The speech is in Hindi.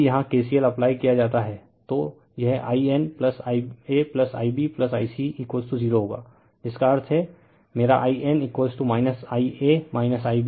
अब यदि यहां KCL अप्लाई किया जाता है तो यह i nIaIbi c 0 होगा जिसका अर्थ है मेरा i n Ia Ib i c वह है जो यहां लिखा गया है रिफर टाइम 3222